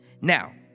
Now